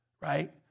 right